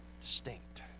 distinct